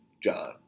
John